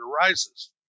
arises